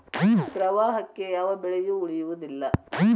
ಪ್ರವಾಹಕ್ಕೆ ಯಾವ ಬೆಳೆಯು ಉಳಿಯುವುದಿಲ್ಲಾ